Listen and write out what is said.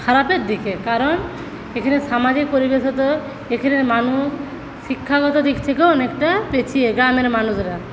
খারাপের দিকে কারণ এখানে সামাজিক পরিবেশগত এখানের মানুষ শিক্ষাগত দিক থেকেও অনেকটা পিছিয়ে গ্রামের মানুষরা